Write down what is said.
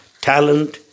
talent